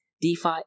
DeFi